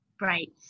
Right